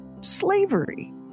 slavery